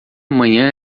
manhã